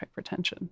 hypertension